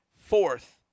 fourth